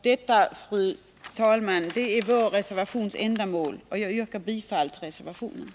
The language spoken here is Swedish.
Detta, fru talman, är syftet med vår reservation, som jag härrned yrkar bifall till.